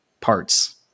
parts